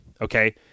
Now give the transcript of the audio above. okay